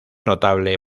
notable